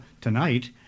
tonight